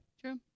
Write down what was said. True